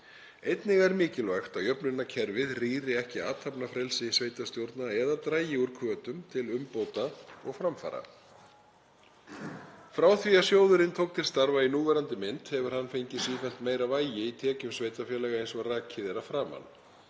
Einnig er mikilvægt að jöfnunarkerfið rýri ekki athafnafrelsi sveitarstjórna eða dragi úr hvötum til umbóta og framfara. Frá því að sjóðurinn tók til starfa í núverandi mynd hefur hann fengið sífellt meira vægi í tekjum sveitarfélaga eins og rakið er að framan.